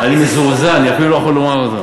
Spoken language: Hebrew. אני, אני מזועזע, אני אפילו לא יכול לומר אותן.